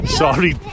sorry